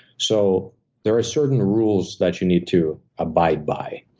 so there are certain rules that you need to abide by.